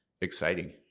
Exciting